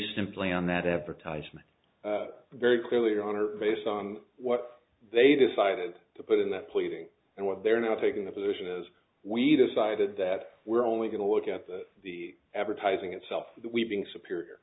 simply on that advertisement very clearly on or based on what they decided to put in that pleading and what they're now taking the position is we decided that we're only going to look at that the advertising itself we being superior